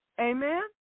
Amen